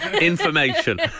information